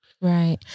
Right